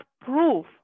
proof